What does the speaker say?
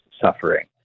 suffering